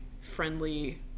friendly